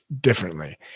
differently